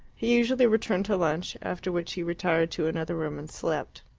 he usually returned to lunch, after which he retired to another room and slept.